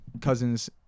Cousins –